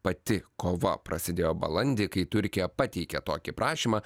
pati kova prasidėjo balandį kai turkija pateikė tokį prašymą